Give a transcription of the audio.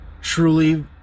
truly